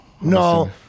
no